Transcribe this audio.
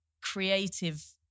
Creative